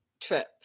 trip